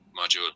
module